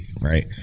right